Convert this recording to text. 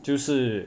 就是